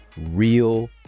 real